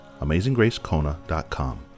AmazingGraceKona.com